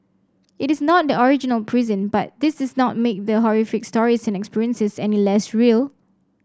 it is not the original prison but this is not make the horrific stories and experiences any less real